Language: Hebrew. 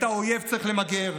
את האויב צריך למגר,